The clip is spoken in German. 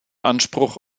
anspruch